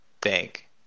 bank